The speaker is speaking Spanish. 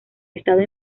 estado